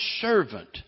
servant